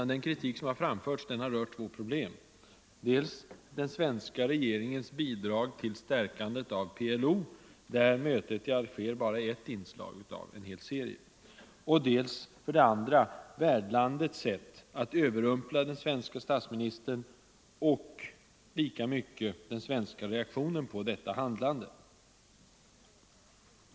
Den kritik som har framförts har rört två problem — dels den svenska regeringens bidrag till stärkandet av PLO, där mötet i Alger bara är ett inslag i en hel serie händelser, dels värdlandets sätt att överrumpla den svenske statsministern och, lika mycket, den svenska reaktionen på detta handlande.